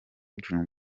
dream